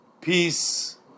peace